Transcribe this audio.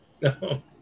No